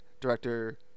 director